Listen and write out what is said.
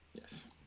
Yes